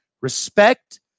Respect